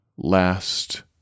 last